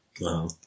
Wow